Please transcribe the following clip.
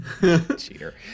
Cheater